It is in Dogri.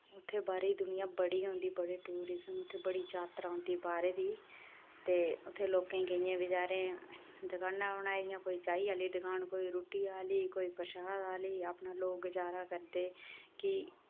उत्थै बी बाह्रे दी दुनिया बड़ी औंदी बड़े टूरिज्म उत्थै बड़ी जातरा औंदी बाह्रे दी ते उत्थें लोकें केइयें बचारें दुकानां बनाई दियां कोई चाही आह्ली दुकान कोई रुट्टी आह्ली कोई परशाद आह्ली अपना लोक गुजारा करदे कि